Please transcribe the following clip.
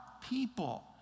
people